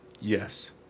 Yes